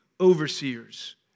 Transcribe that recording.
overseers